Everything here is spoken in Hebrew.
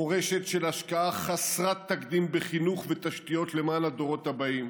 מורשת של השקעה חסרת תקדים בחינוך ובתשתיות למען הדורות הבאים,